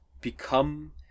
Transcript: become